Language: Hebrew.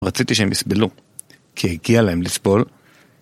רציתי שהם יסבלו, כי הגיע להם לסבול.